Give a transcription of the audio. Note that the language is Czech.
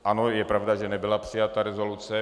Ano, je pravda, že nebyla přijata rezoluce.